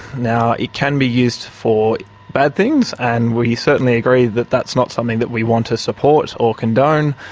now, it can be used for bad things and we certainly agree that that's not something that we want to support or condone.